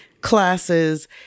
classes